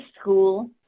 school